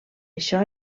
això